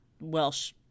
Welsh